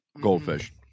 goldfish